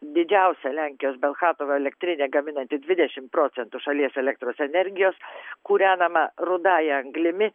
didžiausia lenkijos belchatovo elektrinė gaminanti dvidešimt procentų šalies elektros energijos kūrenama rudąja anglimi